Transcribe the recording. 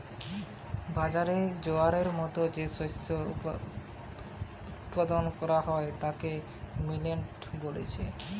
বাজরা, জোয়ারের মতো যে শস্য উৎপাদন কোরা হয় তাকে মিলেট বলছে